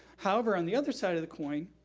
however, on the other side of the coin,